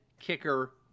kicker